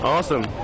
Awesome